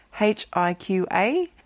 H-I-Q-A